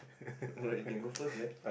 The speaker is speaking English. alright you can go first man